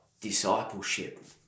discipleship